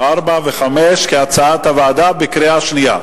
4 ו-5, כהצעת הוועדה, בקריאה שנייה.